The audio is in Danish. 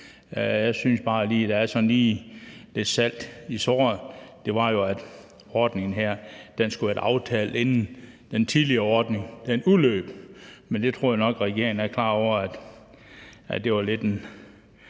Jeg synes bare lige, at der er lidt salt i såret, og det er jo, at ordningen her skulle have været aftalt, inden den tidligere ordning udløb, men jeg tror nok, regeringen er klar over, at det var lidt af